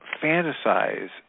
fantasize